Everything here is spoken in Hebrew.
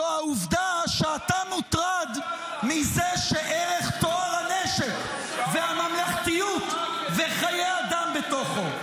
זו העובדה שאתה מוטרד מזה שערך טוהר הנשק והממלכתיות וחיי אדם בתוכו.